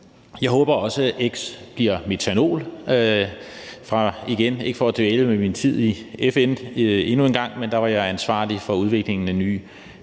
Jeg håber også, at x bliver metanol. Det er ikke for at dvæle ved min tid ved FN endnu en gang, men der var jeg ansvarlig for udviklingen af ny